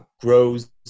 grows